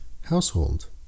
household